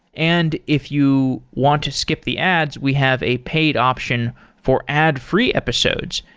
and if you want to skip the ads, we have a paid option for ad-free episodes.